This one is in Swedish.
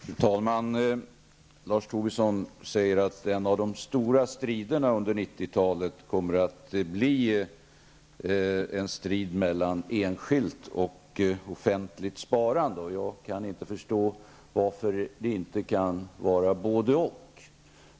Fru talman! Lars Tobisson säger att en av de stora striderna under 90-talet kommer att vara en strid mellan enskilt och offentligt sparande. Jag förstår inte varför det inte kan vara både--och.